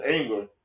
anger